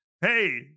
hey